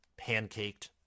pancaked